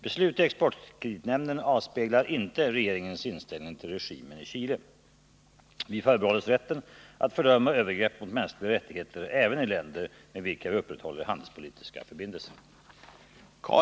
Beslut i Exportkreditnämnden avspeglar inte regeringens inställning till regimen i Chile. Vi förbehåller oss rätten att fördöma övergrepp mot mänskliga rättigheter även i länder med vilka vi upprätthåller handelspolitiska förbindelser.